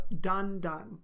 Done-done